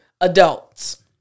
adults